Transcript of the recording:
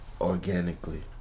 organically